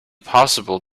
possible